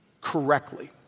correctly